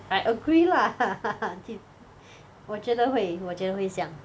I agree lah 我觉得会我觉得会像